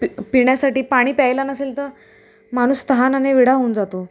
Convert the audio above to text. पि पिण्यासाठी पाणी प्यायला नसेल तर माणूस तहानेनं वेडा होऊन जातो